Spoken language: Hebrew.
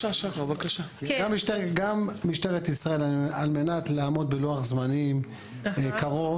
גם משטרת ישראל על מנת לעמוד בלוח זמנים קרוב,